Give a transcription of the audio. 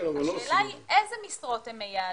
השאלה היא איזה משרות הם מייעדים.